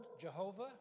Jehovah